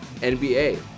nba